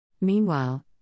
Meanwhile